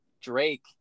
Drake